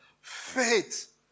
faith